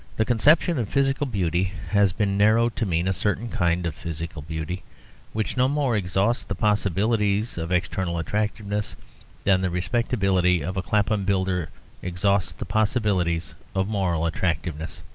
the conception of physical beauty has been narrowed to mean a certain kind of physical beauty which no more exhausts the possibilities of external attractiveness than the respectability of a clapham builder exhausts the possibilities of moral attractiveness.